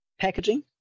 packaging